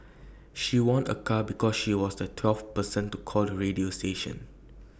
she won A car because she was the twelfth person to call the radio station